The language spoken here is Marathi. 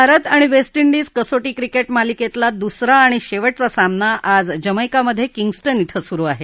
भारत वेस्ट डिज कसोटी क्रिकेट मालिकेतला दुसरा आणि शेवटचा सामना आज जमैकामधे किंग्स्टन धिं सुरु आहे